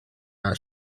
are